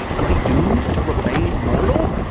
is he doomed to remain mortal?